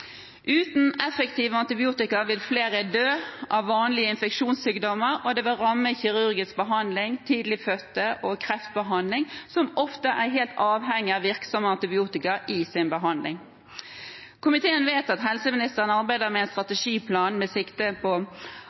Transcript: Uten effektiv antibiotika vil flere dø av vanlige infeksjonssykdommer, og det vil ramme kirurgisk behandling, tidlig fødte og kreftbehandling, som ofte er helt avhengig av virksom antibiotika i sin behandling. Komiteen vet at helseministeren arbeider med en strategiplan med sikte på